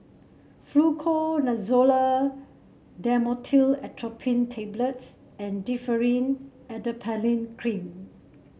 Fluconazole Dhamotil Atropine Tablets and Differin Adapalene Cream